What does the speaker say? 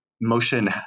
motion